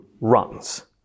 runs